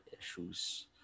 issues